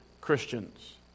Christians